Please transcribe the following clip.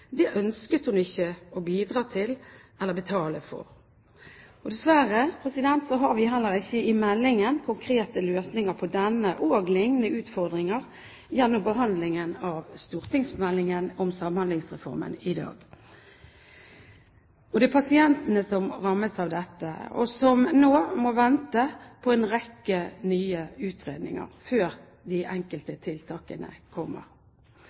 Det ønsket hun ikke å bidra til eller betale for. Dessverre har vi heller ikke fått konkrete løsninger på denne og lignende utfordringer gjennom behandlingen av stortingsmeldingen om Samhandlingsreformen i dag. Det er pasientene som rammes på grunn av dette, og som nå må vente på en rekke nye utredninger før de enkelte tiltakene kommer.